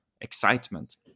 excitement